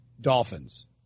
Dolphins